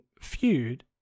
feud